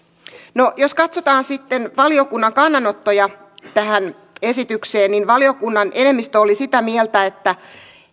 jos katsotaan sitten valiokunnan kannanottoja tähän esitykseen niin valiokunnan enemmistö oli sitä mieltä että